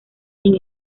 sin